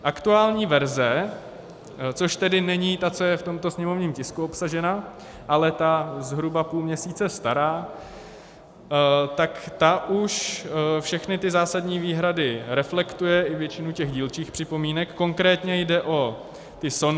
Aktuální verze, což tedy není ta, co je v tomto sněmovním tisku obsažena, ale ta zhruba půl měsíce stará, tak ta už všechny ty zásadní výhrady reflektuje, i většinu těch dílčích připomínek, konkrétně jde o ty sondy.